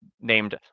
named